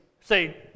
say